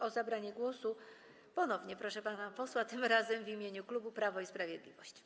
O zabranie głosu ponownie proszę pana posła, tym razem w imieniu klubu Prawo i Sprawiedliwość.